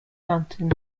mountain